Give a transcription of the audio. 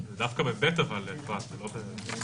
ה-(ה) זה בגלל נוסח שעדיין לא בפני הוועדה.